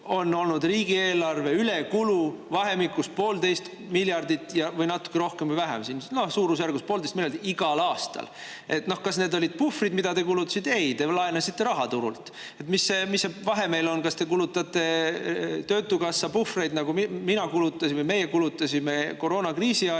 on olnud riigieelarve ülekulu vahemikus poolteist miljardit, natuke rohkem või vähem – no suurusjärgus poolteist miljardit igal aastal. Kas need olid puhvrid, mida te kulutasite? Ei, te laenasite raha turult. Mis vahe sel on, kas te kulutate töötukassa puhvreid, nagu mina kulutasin või meie kulutasime koroonakriisi ajal,